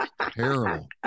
Terrible